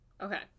okay